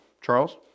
Charles